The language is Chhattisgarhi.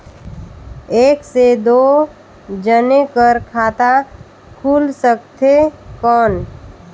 एक से दो जने कर खाता खुल सकथे कौन?